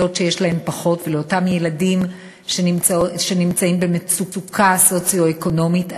שיש להן פחות ולאותם ילדים שנמצאים במצוקה סוציו-אקונומית.